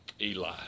Eli